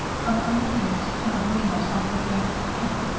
from under these came a gleam of something faintly pink.